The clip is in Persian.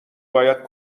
باید